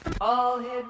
All-Hit